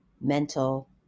mental